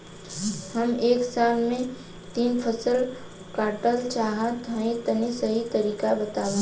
हम एक साल में तीन फसल काटल चाहत हइं तनि सही तरीका बतावा?